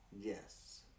Yes